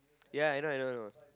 ya I know I know know